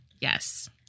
Yes